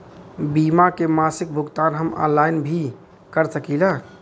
बीमा के मासिक भुगतान हम ऑनलाइन भी कर सकीला?